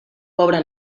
pobre